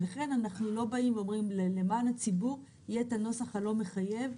ולכן אנחנו אומרים שלמען הציבור יהיה הנוסח הלא מחייב,